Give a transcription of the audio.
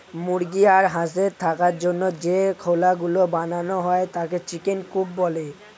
মুরগি আর হাঁসের থাকার জন্য যে খোলা গুলো বানানো হয় তাকে চিকেন কূপ বলে